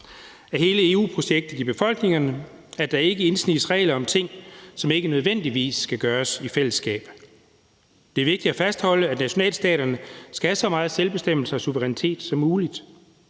af hele EU-projektet i befolkningerne, at der ikke indsniges regler om ting, som ikke nødvendigvis skal gøres i fællesskab. Det er vigtigt at fastholde, at nationalstaterne skal have så meget selvbestemmelse og suverænitet som muligt.